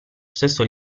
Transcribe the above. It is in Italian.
stesso